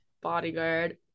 bodyguard